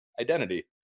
identity